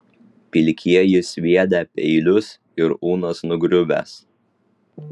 pilkieji sviedę peilius ir unas nugriuvęs